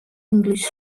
english